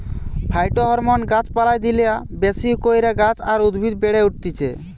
phytohormone গাছ পালায় দিলা বেশি কইরা গাছ আর উদ্ভিদ বেড়ে উঠতিছে